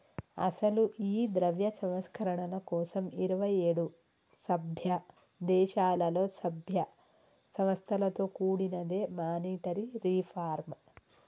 అసలు ఈ ద్రవ్య సంస్కరణల కోసం ఇరువైఏడు సభ్య దేశాలలో సభ్య సంస్థలతో కూడినదే మానిటరీ రిఫార్మ్